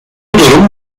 durum